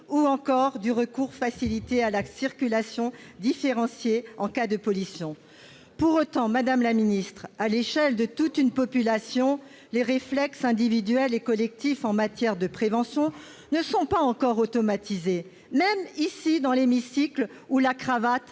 ou encore du recours facilité à la circulation différenciée en cas de pollution. Pour autant, madame la ministre, à l'échelle de toute une population, les réflexes individuels et collectifs en matière de prévention ne sont pas encore automatisés, même dans l'hémicycle, où la cravate